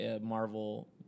Marvel